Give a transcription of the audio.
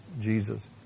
Jesus